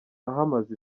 ahamaze